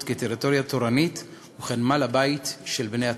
כטריטוריה תורנית וכנמל הבית של בני התורה,